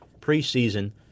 preseason